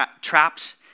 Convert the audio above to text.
trapped